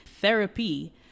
Therapy